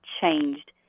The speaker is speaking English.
changed